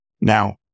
Now